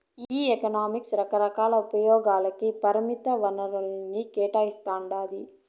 ఈ ఎకనామిక్స్ రకరకాల ఉపయోగాలకి పరిమిత వనరుల్ని కేటాయిస్తాండాది